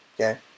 Okay